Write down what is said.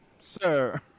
sir